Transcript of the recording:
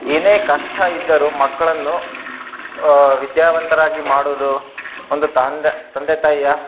ಏನೇ ಕಷ್ಟ ಇದ್ದರು ಮಕ್ಕಳನ್ನು ವಿದ್ಯಾವಂತರಾಗಿ ಮಾಡುದು ಒಂದು ತಂದೆ ತಂದೆ ತಾಯಿಯ